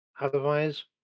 Otherwise